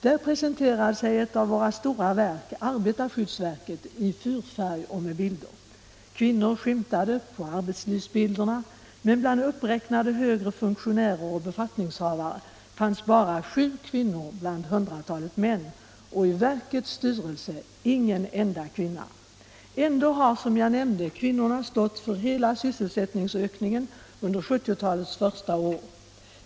Där presenterade sig ett av våra stora verk, arbetarskyddsverket, i fyrfärg och med bilder. Kvinnor skymtade på arbetslivsbilderna, men bland uppräknade högre funktionärer och befattningshavare fanns bara sju kvinnor bland hundratalet män. Och i verkets styrelse ingen enda kvinna! Ändå har, som jag nämnde, kvinnorna stått för hela sysselsättningsökningen under 1970-talets första år.